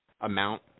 amount